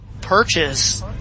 purchase